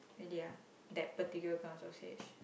really ah that particular kind of sausage